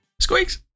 Squeaks